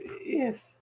Yes